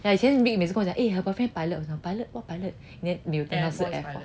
yeah 以前 vick 每次跟我讲 eh her boyfriend is pilot pilot what pilot then air force pilot